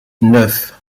neuf